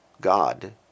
God